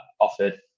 offered